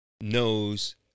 knows